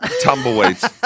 Tumbleweeds